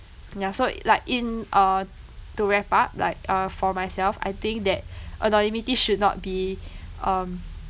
yeah so like in uh to wrap up like uh for myself I think that anonymity should not be um